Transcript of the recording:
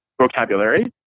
vocabulary